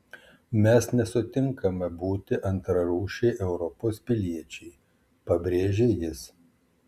mes nesutinkame būti antrarūšiai europos piliečiai pabrėžė jis